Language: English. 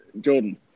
Jordan